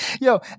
yo